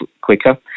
quicker